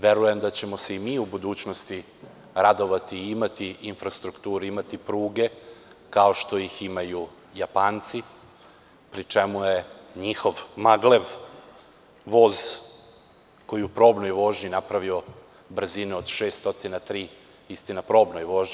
Verujem da ćemo se i mi u budućnosti radovati i imati infrastrukturu, imati pruge kao što ih imaju Japanci, pri čemu je njihov Maglev, voz, koji je u probnoj vožnji napravio brzinu od 603 kilometra na čas, istina, u probnoj vožnji.